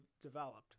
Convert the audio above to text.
developed